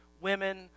women